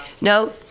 No